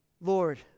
Lord